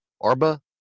Arba